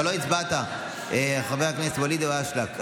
אתה לא הצבעת, חבר הכנסת ואליד אלהואשלה.